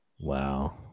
Wow